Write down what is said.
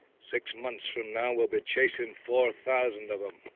six months from now, we'll be chasing. four thousand of them.